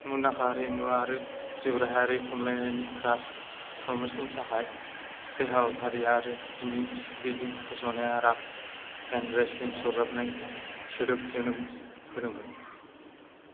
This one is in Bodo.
मुदांखा हारिमु आरो जिउराहायारि खमलायनायनि क्रास प्रमिसनि थाखाय बे हाबाफारि आरो बिनि सोरगिदिंनि फोसावनाया राक एन रेस्लिंग सरजाबनाय सोदोब जोनोम होदोंमोन